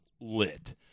lit